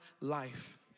life